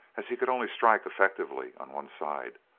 as he could only strike effectively on one side.